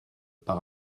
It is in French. par